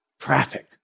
traffic